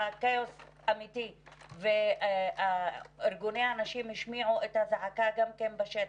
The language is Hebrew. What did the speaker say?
בהן היה כאוס אמיתי וארגוני הנשים השמיעו את הזעקה בשטח,